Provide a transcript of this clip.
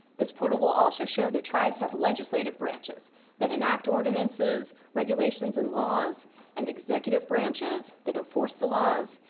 this portal will also show that tribes have legislative branches that inact ordinances, regulations, and laws and executive branches that enforce the laws,